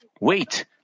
wait